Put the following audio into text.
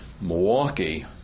Milwaukee